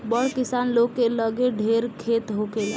बड़ किसान लोग के लगे ढेर खेत होखेला